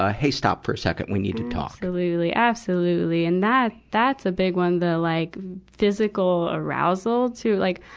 ah hey, stop for a second. we need to talk. absolutely. absolutely. and that, that's a big one. the like physical arousal too, like,